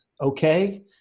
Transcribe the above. okay